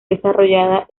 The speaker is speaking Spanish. desarrollada